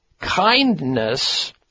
kindness